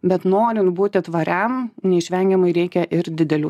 bet norint būti tvariam neišvengiamai reikia ir didelių